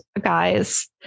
guys